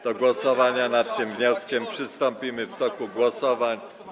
Do głosowania nad tym wnioskiem przystąpimy w bloku głosowań.